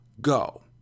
go